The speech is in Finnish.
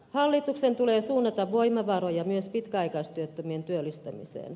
hallituksen tulee suunnata voimavaroja myös pitkäaikaistyöttömien työllistämiseen